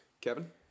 Kevin